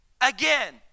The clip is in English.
again